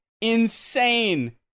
insane